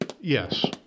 Yes